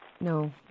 No